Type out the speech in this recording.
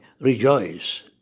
rejoice